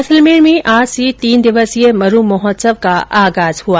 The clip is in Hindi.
जैसलमेर में आज से तीन दिवसीय मरु महोत्सव का आगाज हुआ